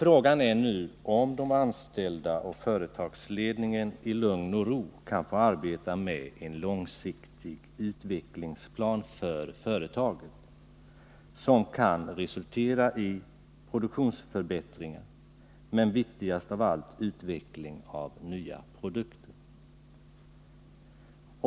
Frågan är nu om de anställda och företagsledningen i lugn och ro kan få arbeta med en långsiktig utvecklingsplan för företaget, som kan resultera i produktionsförbättringar och — viktigast av allt — utveckling av nya produkter.